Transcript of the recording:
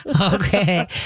Okay